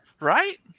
Right